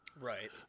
Right